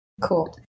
Cool